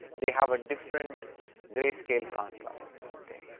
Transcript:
they have a different greyscale contrast, okay.